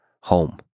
home